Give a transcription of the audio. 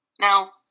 Now